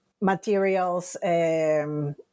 materials